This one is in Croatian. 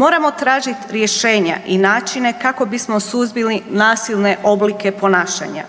Moramo tražiti rješenja i načine kako bismo suzbili nasilne oblike ponašanja,